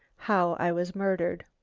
how i was murdered.